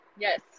Yes